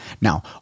Now